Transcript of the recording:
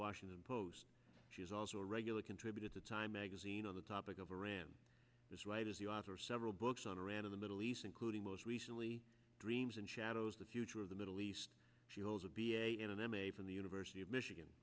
washington post she is also a regular contributor to time magazine on the topic of iran this writer is the author of several books on iran of the middle east including most recently dreams and shadows the future of the middle east she holds a b a in an m a from the university of michigan